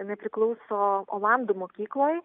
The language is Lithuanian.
jinai priklauso olandų mokyklai